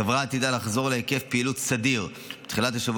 החברה עתידה לחזור להיקף פעילות סדיר בתחילת השבוע